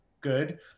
good